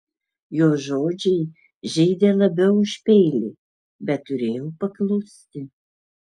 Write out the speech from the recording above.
jo žodžiai žeidė labiau už peilį bet turėjau paklusti